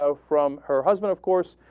so from her husband of course